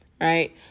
right